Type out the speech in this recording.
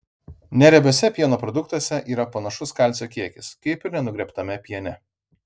neriebiuose pieno produktuose yra panašus kalcio kiekis kaip ir nenugriebtame piene